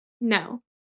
No